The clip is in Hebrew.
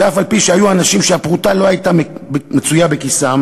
שאף-על-פי שהיו אנשים שהפרוטה לא הייתה מצויה בכיסם,